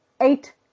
eight